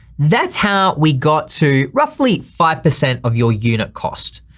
that's how we got to roughly five percent of your unit cost.